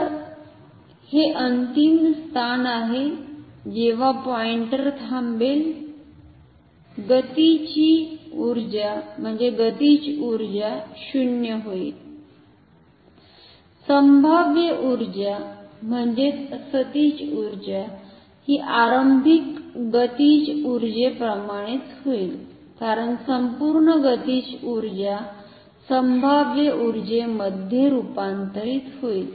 तर हे अंतिम स्थान आहे जेव्हा पॉईंटर थांबेल गतीची उर्जा 0 होईल संभाव्य उर्जा हि आरंभिक गतीज उर्जे प्रमाणेच होईल कारण संपूर्ण गतिज उर्जा संभाव्य उर्जेमध्ये रूपांतरित होईल